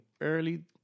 early